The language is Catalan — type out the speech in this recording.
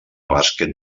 bàsquet